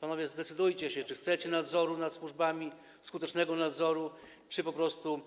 Panowie, zdecydujcie się, czy chcecie nadzoru nad służbami, skutecznego nadzoru, czy po prostu